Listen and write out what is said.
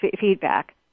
feedback